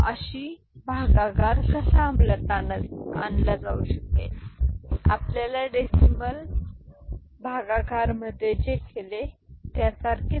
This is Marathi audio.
आणि विभागणी कशी अंमलात आणली जाऊ शकते आपण आपल्या डेसिमल विभागात जे केले त्यासारखेच आहे